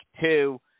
two